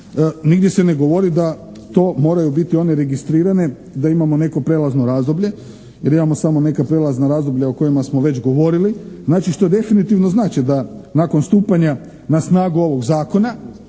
nigdje se ne govori da to moraju biti one registrirane da imamo neko prijelazno razdoblje jer imamo samo neka prijelazna razdoblja o kojima smo već govorili, znači što definitivno znači da nakon stupanja na snagu ovog Zakona